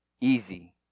easy